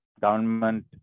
government